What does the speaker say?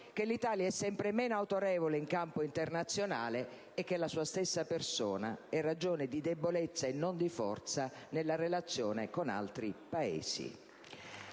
che l'Italia è sempre meno autorevole in campo internazionale; che la sua stessa persona è ragione di debolezza e non di forza nella relazione con altri Paesi.